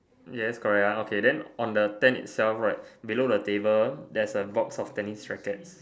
yes correct okay then on the tent itself right below the table there's a box of tennis rackets